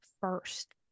first